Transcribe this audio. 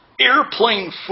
Airplane